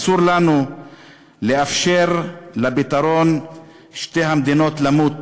אסור לנו לאפשר לפתרון שתי המדינות למות,